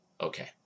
Okay